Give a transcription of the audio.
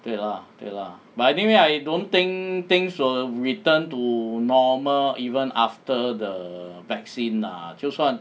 对 lah 对 lah but anyway I don't think things will return to normal even after the vaccine ah 就算